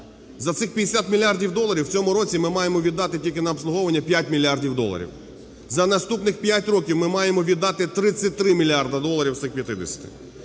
За цих 50 мільярдів доларів у цьому році ми маємо віддати тільки на обслуговування 5 мільярдів доларів. За наступних 5 років ми маємо віддати 33 мільярда доларів з цих 50-и.